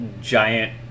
giant